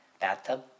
bathtub